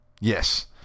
Yes